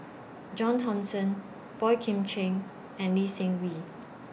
John Thomson Boey Kim Cheng and Lee Seng Wee